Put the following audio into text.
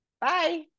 Bye